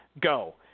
go